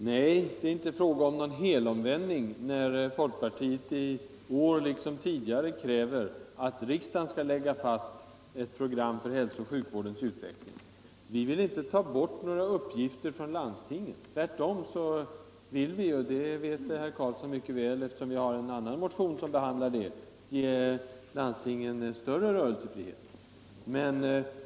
Herr talman! Nej, det är inte fråga om någon helomvändning, när folkpartiet i år liksom tidigare kräver att riksdagen skall lägga fast ett program för hälsooch sjukvårdens utveckling. Vi vill inte ta bort några uppgifter från landstingen. Tvärtom vill vi — det vet herr Karlsson i Huskvarna mycket väl, eftersom vi har en annan motion som behandlar detta — ge landstingen större rörelsefrihet.